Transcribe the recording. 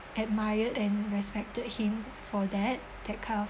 admired and respected him for that that kind of